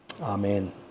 amen